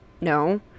No